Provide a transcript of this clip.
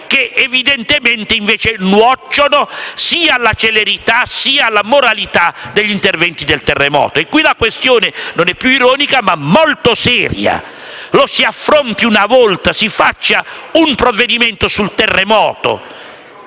che evidentemente nocciono sia alla celerità sia alla moralità degli interventi sul terremoto. La questione non è più ironica, ma molto seria; la si affronti una volta per tutte, si licenzi un provvedimento sul terremoto